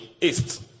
east